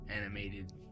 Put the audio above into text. animated